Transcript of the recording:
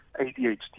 ADHD